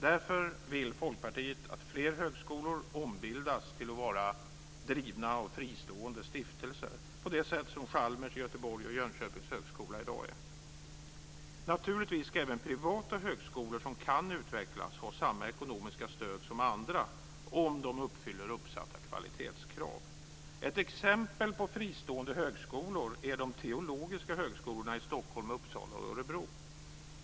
Därför vill Folkpartiet att fler högskolor ombildas till att vara drivna av fristående stiftelser på det sätt som Chalmers i Göteborg och Jönköpings högskola i dag är. Naturligtvis ska även privata högskolor som kan utvecklas ha samma ekonomiska stöd som andra, om de uppfyller uppsatt kvalitetskrav. Ett exempel på fristående högskolor är de teologiska högskolorna i Stockholm, Uppsala och Örebro.